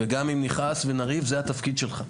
וגם אם נכעס ונריב, זה התפקיד שלך.